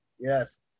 yes